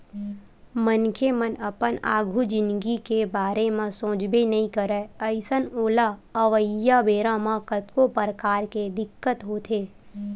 मनखे मन अपन आघु जिनगी के बारे म सोचबे नइ करय अइसन ओला अवइया बेरा म कतको परकार के दिक्कत होथे